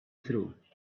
through